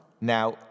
Now